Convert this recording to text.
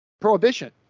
Prohibition